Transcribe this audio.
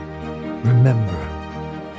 Remember